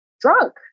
drunk